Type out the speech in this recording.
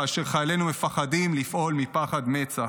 כאשר חיילינו מפחדים לפעול מפחד מצ"ח.